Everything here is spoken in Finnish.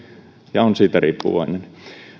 ja on siitä riippuvainen